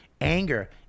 anger